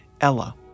Ella